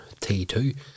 T2